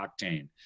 octane